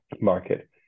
market